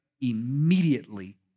immediately